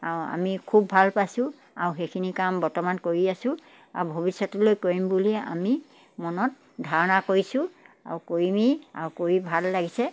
আৰু আমি খুব ভাল পাইছোঁ আৰু সেইখিনি কাম বৰ্তমান কৰি আছোঁ আৰু ভৱিষ্যতলৈ কৰিম বুলি আমি মনত ধাৰণা কৰিছোঁ আৰু কৰিমেই আৰু কৰি ভাল লাগিছে